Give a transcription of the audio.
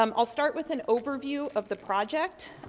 um i'll start with an overview of the project,